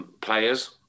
Players